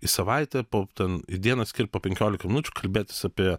į savaitę po ten į dieną skirt po penkiolika minučių kalbėtis apie